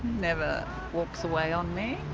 never walks away on me.